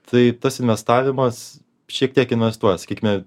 tai tas investavimas šiek tiek investuoja sakykime